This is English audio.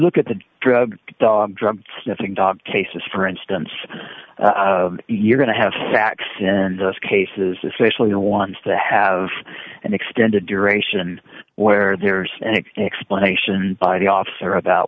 look at the drug dog drug sniffing dog cases for instance you're going to have sacks in those cases especially the ones to have an extended duration where there's an explosion by the officer about